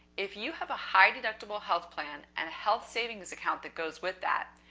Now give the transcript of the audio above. if you have a high deductible health plan and a health savings account that goes with that,